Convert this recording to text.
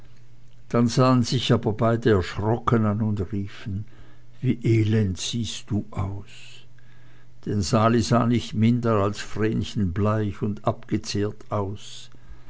dann sahen sich aber beide erschrocken an und riefen wie siehst du elend aus denn sali sah nicht minder als vrenchen bleich und abgezehrt aus